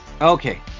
okay